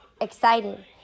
Excited